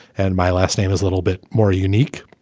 and my last name is a little bit more unique.